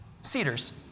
cedars